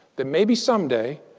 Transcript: that maybe someday,